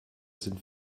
sind